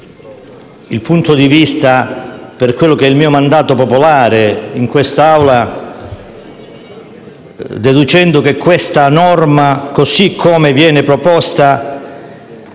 il punto di vista per quello che è il mio mandato popolare in quest'Assemblea deducendo che questo disegno di legge, così come viene proposto,